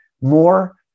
more